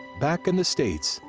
back in the states,